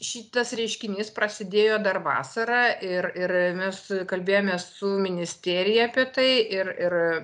šitas reiškinys prasidėjo dar vasarą ir ir mes kalbėjomės su ministerija apie tai ir ir